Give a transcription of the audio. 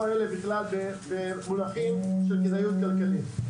אלה ובכלל במונחים שכל כדאיות כלכלית.